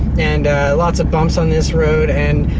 and lots of bumps on this road, and,